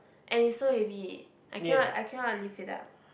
and it so heavy I cannot I cannot lift it up